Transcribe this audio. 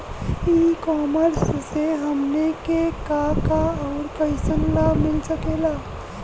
ई कॉमर्स से हमनी के का का अउर कइसन लाभ मिल सकेला?